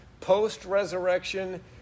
post-resurrection